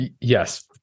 Yes